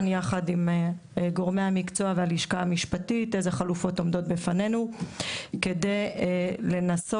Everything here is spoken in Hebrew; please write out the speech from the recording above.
יחד עם גורמי המקצוע והלשכה המשפטית איזה חלופות עומדות לפנינו כדי לנסות